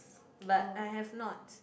but I have not